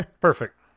Perfect